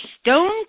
stone